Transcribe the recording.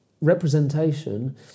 representation